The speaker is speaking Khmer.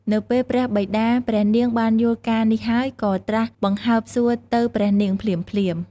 នៅពេលព្រះបិតាព្រះនាងបានយល់ការនេះហើយក៏ត្រាស់បង្ហើបសួរទៅព្រះនាង ភ្លាមៗ។